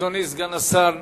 אדוני סגן השר,